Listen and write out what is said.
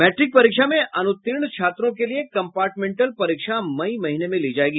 matric परीक्षा में अनुत्तीर्ण छात्रों के लिए कम्पार्टमेंटल परीक्षा मई महीने में ली जायेगी